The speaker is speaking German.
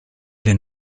den